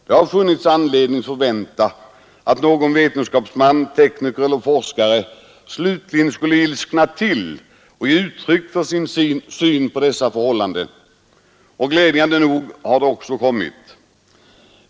Det har funnits anledning förvänta att någon vetenskapsman, tekniker eller forskare slutligen skulle ilskna till och ge uttryck för sin syn på dessa förhållanden. Glädjande nog har det också hänt.